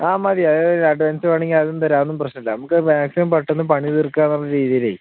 ആ മതി അതായത് അഡ്വാൻസ് വേണമെങ്കിൽ അതും തരാം അതൊന്നും പ്രശ്നമില്ല നമുക്ക് മാക്സിമം പെട്ടെന്ന് പണി തീർക്കാമെന്നുള്ള രീതിയിൽ